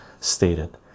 stated